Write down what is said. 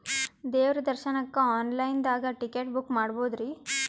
ದೇವ್ರ ದರ್ಶನಕ್ಕ online ದಾಗ ಟಿಕೆಟ ಬುಕ್ಕ ಮಾಡ್ಬೊದ್ರಿ?